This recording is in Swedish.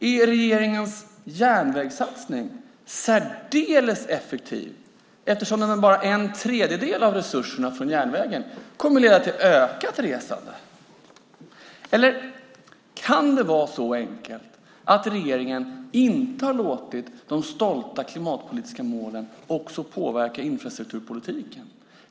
Är regeringens järnvägssatsning särdeles effektiv, eftersom den med bara en tredjedel av resurserna till järnvägen kommer att leda till ökat resande? Eller kan det vara så enkelt att regeringen inte har låtit de stolta klimatpolitiska målen också påverka infrastrukturpolitiken?